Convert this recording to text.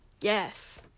yes